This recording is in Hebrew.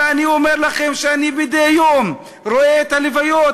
ואני אומר לכם שאני מדי יום רואה את הלוויות,